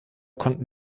konnten